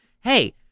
hey